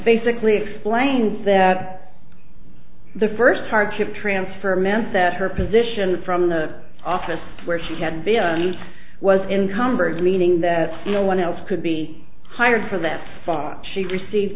basically explain that the first hardship transfer meant that her position from the office where she had been was encumbered meaning that no one else could be hired for that five she received